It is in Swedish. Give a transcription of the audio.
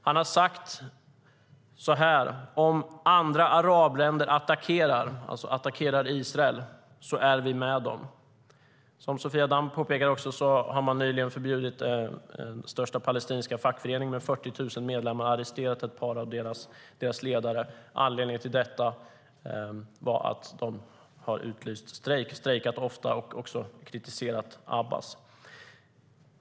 Han har sagt så här: Om andra arabländer attackerar - alltså attackerar Israel - är vi med dem. Som Sofia Damm påpekar har man nyligen också förbjudit den största palestinska fackföreningen med 40 000 medlemmar och arresterat ett par av deras ledare. Anledningen till detta var att de hade utlyst strejk, strejkat ofta och också kritiserat Abbas.